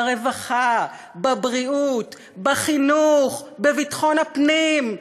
ברווחה, בבריאות, בחינוך, בביטחון הפנים.